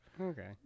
Okay